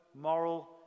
moral